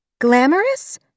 Glamorous